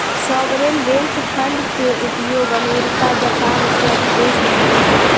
sovereign wealth fund के उपयोग America Japan इत्यादि देश में होवऽ हई